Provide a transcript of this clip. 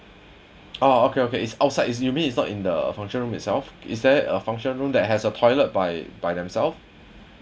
ah okay okay is outside is you mean is not in the function room itself is there a function room that has a toilet by by themself